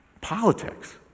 politics